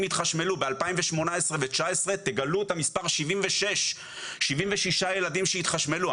התחשמלו ב-2018 ו-2019 תגלו את המספר 76. 76 ילדים שהתחשמלו.